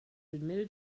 admitted